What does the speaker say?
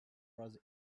was